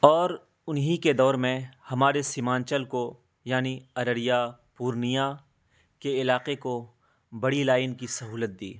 اور انہیں کے دور میں ہمارے سیمانچل کو یعنی ارریا پورنیا کے علاقے کو بڑی لائن کی سہولت دی